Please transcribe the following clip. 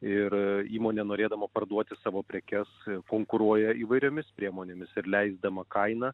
ir įmonė norėdama parduoti savo prekes konkuruoja įvairiomis priemonėmis ir leisdama kainą